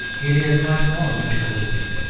it is much more ritualistic.